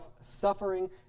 suffering